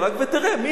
ותראה מי זה.